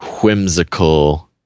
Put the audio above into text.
whimsical